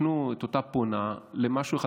הפנו את אותה פונה למשהו אחר.